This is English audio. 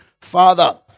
Father